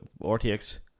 rtx